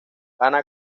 ana